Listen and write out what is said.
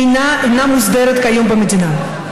אינם מוסדרים כיום במדינה,